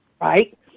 right